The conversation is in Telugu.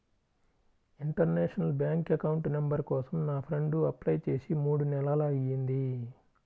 ఇంటర్నేషనల్ బ్యాంక్ అకౌంట్ నంబర్ కోసం నా ఫ్రెండు అప్లై చేసి మూడు నెలలయ్యింది